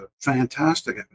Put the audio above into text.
fantastic